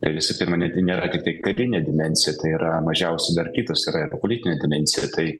visų pirmą net nėra tiktai karinė dimensija tai yra mažiausiai dar kitas yra ir politinė dimensija tai